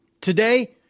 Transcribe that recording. Today